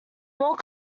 more